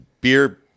beer